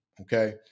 okay